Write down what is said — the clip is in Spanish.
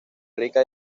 rica